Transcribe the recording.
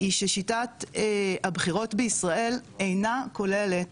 היא ששיטת הבחירות בישראל אינה כוללת